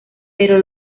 pero